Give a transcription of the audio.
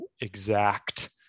exact